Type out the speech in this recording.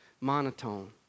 monotone